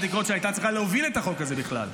שהייתה צריכה להוביל את החוק הזה בכלל,